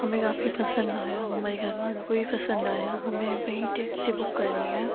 ہمیں کافی پسند آیا ہمارے گھر والوں کو بھی پسند آیا ہمیں وہی ٹیکسی بک کرنی ہے